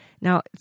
Now